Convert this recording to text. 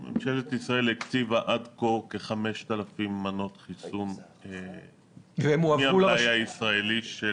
ממשלת ישראל הקציבה עד כה כ-5,000 מנות חיסון מהמלאי הישראלי של